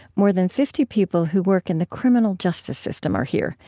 more than fifty people who work in the criminal justice system are here,